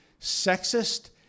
sexist